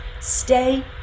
stay